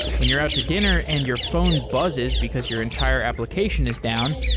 when you're out to dinner and your phone buzzes because your entire application is down,